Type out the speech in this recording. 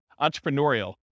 entrepreneurial